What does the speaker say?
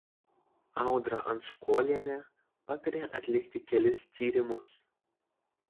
audra anskolienė patarė atlikti kelis tyrimus